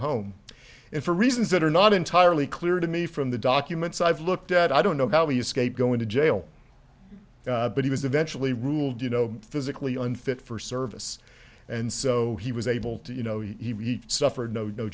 home and for reasons that are not entirely clear to me from the documents i've looked at i don't know how he escaped going to jail but he was eventually ruled you know physically unfit for service and so he was able to you know he suffered no no